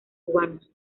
cubanos